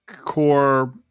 core